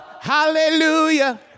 hallelujah